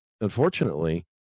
unfortunately